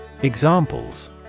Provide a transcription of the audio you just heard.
Examples